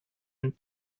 and